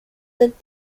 that